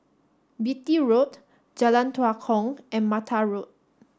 Beatty Road Jalan Tua Kong and Mattar Road